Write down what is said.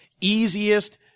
easiest